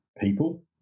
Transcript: people